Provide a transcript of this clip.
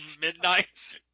Midnight